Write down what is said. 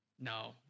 No